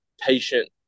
patient